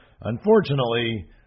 unfortunately